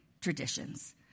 traditions